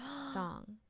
song